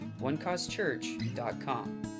onecausechurch.com